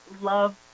love